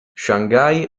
shanghai